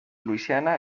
luisiana